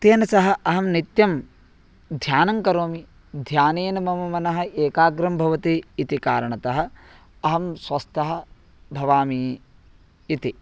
तेन सह अहं नित्यं ध्यानं करोमि ध्यानेन मम मनः एकाग्रं भवति इति कारणतः अहं स्वस्थः भवामि इति